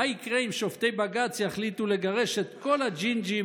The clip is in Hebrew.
מה יקרה אם שופטי בג"ץ יחליטו לגרש את כל הג'ינג'ים